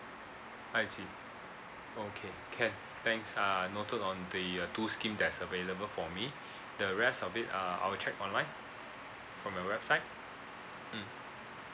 I see okay can thanks err noted on the uh two scheme that's available for me the rest of it uh I'll check online from your website mm